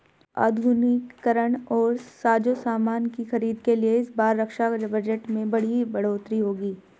आधुनिकीकरण और साजोसामान की खरीद के लिए इस बार रक्षा बजट में बड़ी बढ़ोतरी होगी